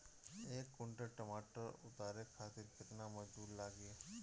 एक कुंटल टमाटर उतारे खातिर केतना मजदूरी लागी?